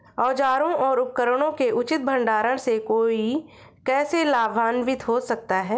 औजारों और उपकरणों के उचित भंडारण से कोई कैसे लाभान्वित हो सकता है?